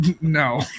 No